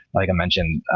like i mentioned,